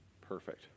Perfect